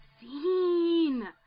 scene